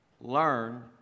learn